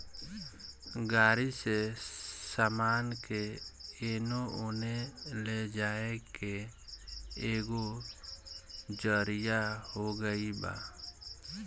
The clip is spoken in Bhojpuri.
गाड़ी से सामान के एने ओने ले जाए के एगो जरिआ हो गइल बा